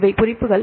இவை குறிப்புகள்